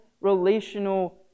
relational